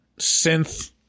synth